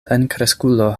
plenkreskulo